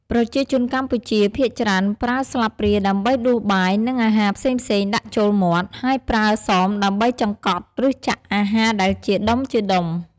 ប្រជាជនកម្ពុជាភាគច្រើនប្រើស្លាបព្រាដើម្បីដួសបាយ និងអាហារផ្សេងៗដាក់ចូលមាត់ ហើយប្រើសមដើម្បីចង្កត់ ឬចាក់អាហារដែលជាដុំៗ។